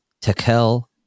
Tekel